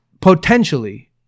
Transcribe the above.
potentially